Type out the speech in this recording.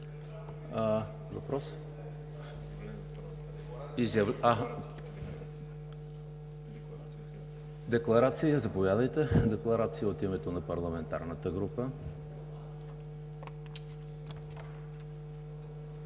Декларация от името на парламентарната група.